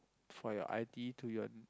for your i_d to your